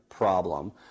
Problem